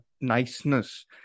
niceness